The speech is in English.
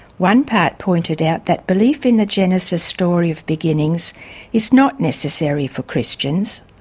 one part pointed out that belief in the genesis story of beginnings is not necessary for christians.